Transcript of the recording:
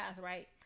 right